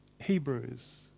Hebrews